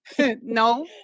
No